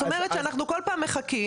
זאת אומרת שאנחנו כל פעם מחכים,